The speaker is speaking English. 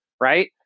right